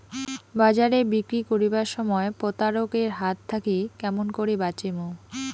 বাজারে বিক্রি করিবার সময় প্রতারক এর হাত থাকি কেমন করি বাঁচিমু?